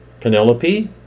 Penelope